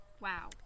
Wow